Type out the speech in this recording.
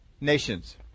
nations